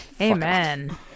Amen